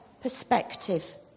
perspective